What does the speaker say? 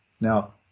Now